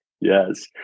Yes